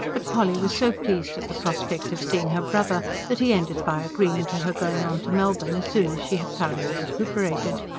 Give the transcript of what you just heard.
but polly was so pleased at the prospect of seeing her brother that he ended by agreeing to her going on to melbourne as soon as she had thoroughly recuperated.